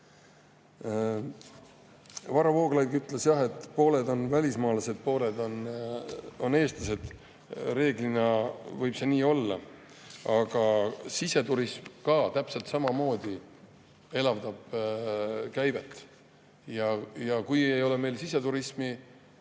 Varro Vooglaid ütles, et pooled on välismaalased, pooled on eestlased. Reeglina võib see nii olla, aga siseturism täpselt samamoodi elavdab käivet. Ja kui ei ole meil siseturismi